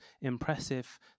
impressive